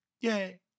Yay